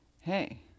hey